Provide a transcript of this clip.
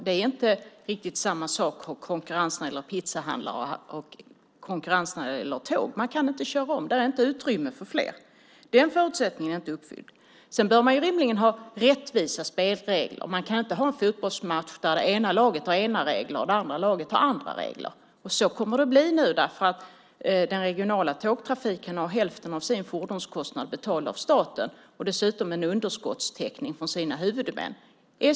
Det är inte riktigt samma slags konkurrens när det gäller pizzahandlare och när det gäller tåg. Man kan inte köra om, det finns inte utrymme för fler på spåret. Den förutsättningen är inte uppfylld. Sedan bör man rimligen ha rättvisa spelregler. Man kan inte ha en fotbollsmatch där det ena laget har ena regler och det andra har andra regler. Så kommer det att bli nu därför att den regionala tågtrafiken har hälften av sin fordonskostnad betalad av staten och dessutom en underskottstäckning från sina huvudmän.